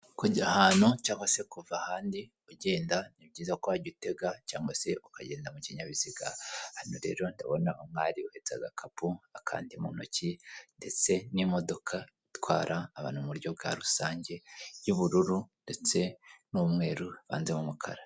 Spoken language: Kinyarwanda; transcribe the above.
Kujya ahantu cyangwa se kuva ahandi ugenda ni byiza ko wajya utega cyangwa se ukagenda mu kinyabiziga, hano rero ndabona umwari uretse agakapu, akandi mu ntoki ndetse n'imodoka itwara abantu mu buryo bwa rusange y'ubururu ndetse n'umweru, buvanzemo umukara.